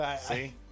See